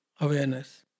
awareness